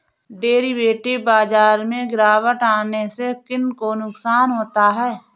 Derivative बाजार में गिरावट आने से किन को नुकसान होता है?